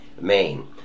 Maine